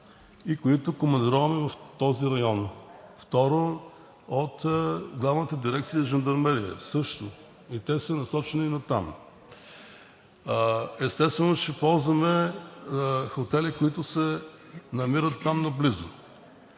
и които командироваме в този район. От Главна дирекция „Жандармерия“ също са насочени натам. Естествено, че ползваме хотели, които се намират там наблизо.